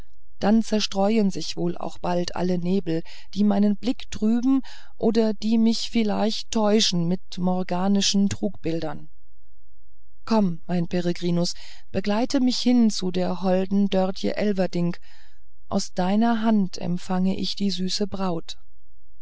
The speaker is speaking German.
dann zerstreuen sich wohl bald alle nebel die meinen blick trüben oder die mich vielleicht täuschen mit morganischen truggebilden komm mein peregrinus begleite mich hin zu der holden dörtje elverdink aus deiner hand empfange ich die süße braut